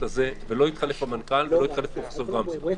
הזה ולא התחלף המנכ"ל ולא פרופ' גמזו.